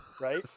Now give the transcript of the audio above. right